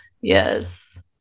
yes